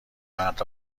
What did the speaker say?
مرد